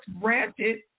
granted